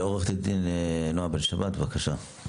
עו"ד נעה בן שבת, בבקשה.